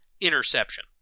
interception